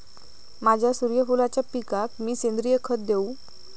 माझ्या सूर्यफुलाच्या पिकाक मी सेंद्रिय खत देवू?